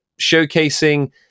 showcasing